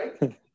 right